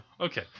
okay